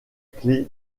clé